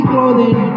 Clothing